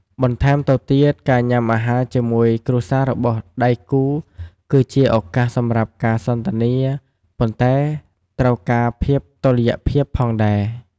បន្តែមទៅទៀតការញ៉ាំអាហារជាមួយគ្រួសាររបស់ដៃគូគឺជាឱកាសសម្រាប់ការសន្ទនា ប៉ុន្តែត្រូវការភាពតុល្យភាពផងដែរ។